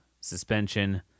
suspension